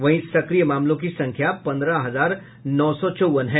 वहीं सक्रिय मामलों की संख्या पन्द्रह हजार नौ सौ चौवन है